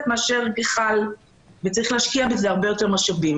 מאשר --- וצריך להשקיע בזה הרבה יותר משאבים.